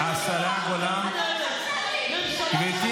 גברתי